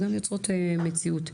גם יוצרות מציאות.